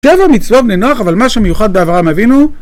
שבע מצוות בני נוח, אבל מה שמיוחד באברהם אבינו...